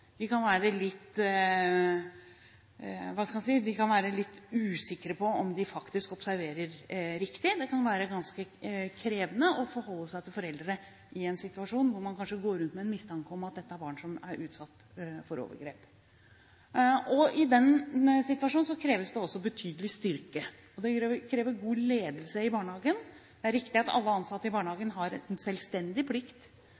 kan være litt – hva skal en si – usikre på om de faktisk observerer riktig. Det kan være ganske krevende å forholde seg til foreldre i en situasjon hvor man kanskje går rundt med en mistanke om dette er barn som er utsatt for overgrep. I den situasjonen kreves det betydelig styrke, og det krever god ledelse i barnehagen. Det er riktig at alle ansatte i barnehagen har en selvstendig plikt